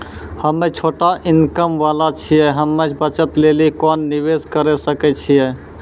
हम्मय छोटा इनकम वाला छियै, हम्मय बचत लेली कोंन निवेश करें सकय छियै?